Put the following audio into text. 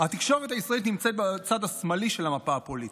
התקשורת הישראלית נמצאת בצד השמאלי של המפה הפוליטית.